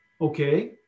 okay